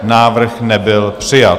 Návrh nebyl přijat.